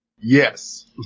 Yes